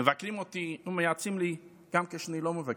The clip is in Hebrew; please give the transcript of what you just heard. מבקרים אותי ומייעצים לי גם כשאני לא מבקש,